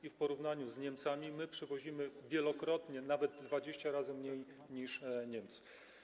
I w porównaniu z Niemcami my przywozimy wielokrotnie, nawet 20 razy, mniej niż Niemcy.